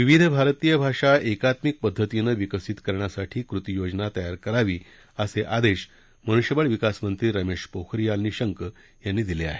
विविध भारतीय भाषा एकात्मिक पद्धतीनं विकसित करण्यासाठी कृती योजना तयार करावी असे आदेश मनुष्यवळ विकासमंत्री रमेश पोखरियाल निशंक यांनी दिले आहेत